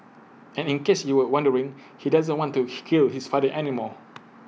and in case you were wondering he doesn't want to he kill his father anymore